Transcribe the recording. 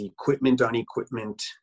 equipment-on-equipment